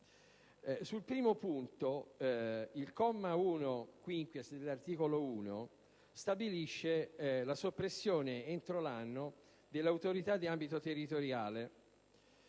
Sul primo punto, il comma 1-*quinquies* dell'articolo 1 stabilisce la soppressione entro l'anno delle Autorità d'ambito territoriale,